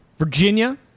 Virginia